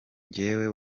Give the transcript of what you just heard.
njyewe